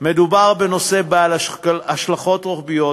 מדובר בנושא בעל השלכות רוחביות,